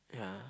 yeah